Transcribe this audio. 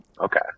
Okay